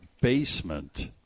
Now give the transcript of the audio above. basement